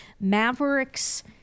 Maverick's